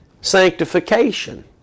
sanctification